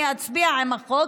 אני אצביע עם החוק,